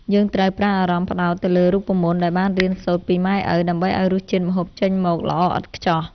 យើងត្រូវប្រើអារម្មណ៍ផ្ដោតទៅលើរូបមន្តដែលបានរៀនសូត្រពីម៉ែឪ ដើម្បីឱ្យរសជាតិម្ហូបចេញមកល្អឥតខ្ចោះ។